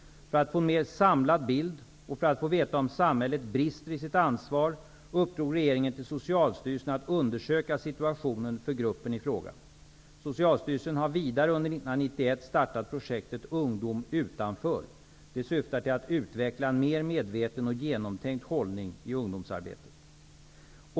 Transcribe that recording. För att få en mer samlad bild och för att få veta om samhället brister i sitt ansvar uppdrog regeringen till Socialstyrelsen att undersöka situationen för gruppen i fråga. Socialstyrelen har vidare under 1991 startat projektet Ungdom utanför. Det syftar till att utveckla en mer medveten och genomtänkt hållning i ungdomsarbetet.